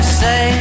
say